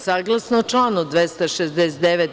Saglasno članu 269.